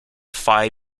phi